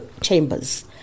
Chambers